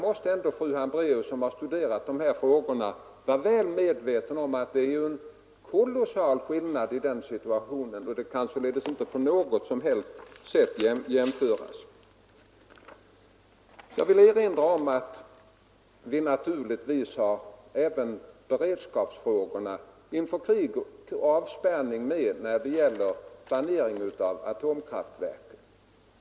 Eftersom fru Hambraeus har studerat de här frågorna bör hon vara väl medveten om den kolossala skillnaden mellan de båda fallen. Verkningarna där kan inte på något sätt jämföras. Vi skall naturligtvis beakta beredskapsfrågorna vid krig och avspärrning vid planeringen av våra atomkraftverk.